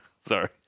Sorry